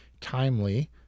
timely